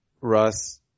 Russ